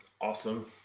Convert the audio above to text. awesome